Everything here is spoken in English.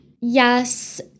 Yes